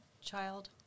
child